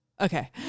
Okay